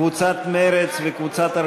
מאיר כהן,